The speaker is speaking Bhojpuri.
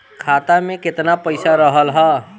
खाता में केतना पइसा रहल ह?